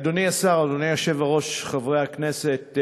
אדוני השר, אדוני היושב-ראש, חברי הכנסת,